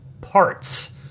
parts